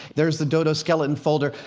there's the dodo skeleton folder.